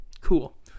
Cool